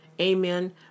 Amen